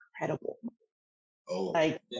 incredible—like